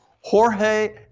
Jorge